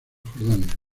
jordania